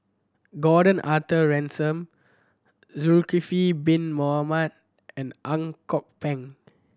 Gordon Arthur Ransome Zulkifli Bin Mohamed and Ang Kok Peng